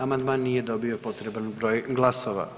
Amandman nije dobio potreban broj glasova.